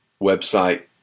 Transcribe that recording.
website